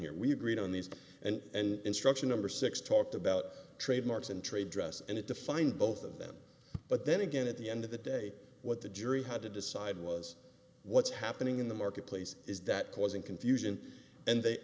here we agreed on these and an instruction number six talked about trademarks and trade dress and it defined both of them but then again at the end of the day what the jury had to decide was what's happening in the marketplace is that causing confusion and they